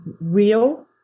real